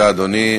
בבקשה, אדוני.